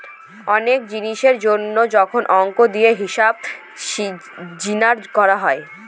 অনেক জিনিসের জন্য যখন অংক দিয়ে হিসাব নিকাশ করা হয়